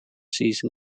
season